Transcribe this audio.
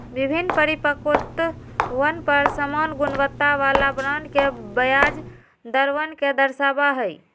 विभिन्न परिपक्वतवन पर समान गुणवत्ता वाला बॉन्ड के ब्याज दरवन के दर्शावा हई